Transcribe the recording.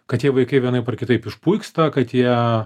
kad tie vaikai vienaip ar kitaip išpuiksta kad jie